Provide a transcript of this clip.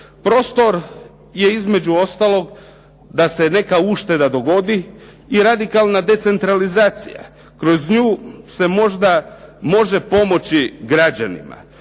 Prostor je između ostaloga da se neka ušteda dogodi i radikalna centralizacija. Kroz nju se možda može pomoći građanima.